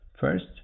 first